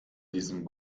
diesen